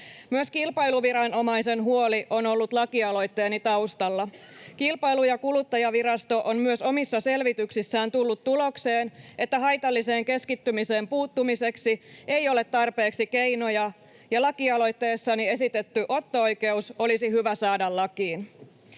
Myös kilpailuviranomaisen huoli on ollut lakialoitteeni taustalla. Myös Kilpailu- ja kuluttajavirasto on omissa selvityksissään tullut tulokseen, että haitalliseen keskittymiseen puuttumiseksi ei ole tarpeeksi keinoja ja lakialoitteessani esitetty otto-oikeus olisi hyvä saada lakiin.